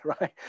right